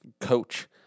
coach